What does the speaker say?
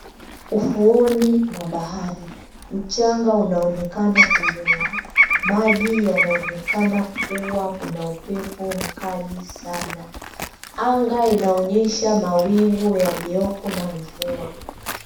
Ufuoni mwa bahari mchanga unaonekana kulowa, maji yanaonekana kuwa kuna upepo mkali sana. Anga inaonyesha mawingu yaliyoko na mvua.